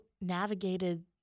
navigated